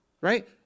right